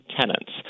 tenants